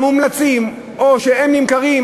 או שהם נמכרים,